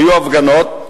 היו הפגנות,